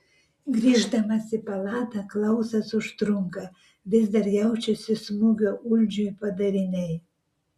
grįždamas į palatą klausas užtrunka vis dar jaučiasi smūgio uldžiui padariniai